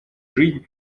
жизнь